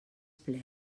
ple